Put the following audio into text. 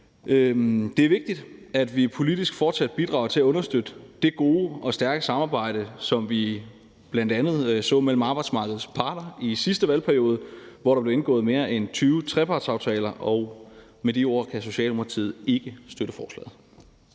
Det er vigtigt, at vi politisk fortsat bidrager til at understøtte det gode og stærke samarbejde, som vi bl.a. så mellem arbejdsmarkedets parter i sidste valgperiode, hvor der blev indgået mere end 20 trepartsaftaler. Med de ord kan Socialdemokratiet ikke støtte forslaget.